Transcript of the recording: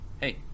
hey